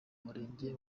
murenge